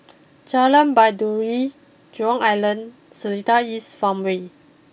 Jalan Baiduri Jurong Island Seletar East Farmway